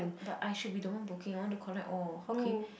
but ah shit we don't want booking I want to collect all okay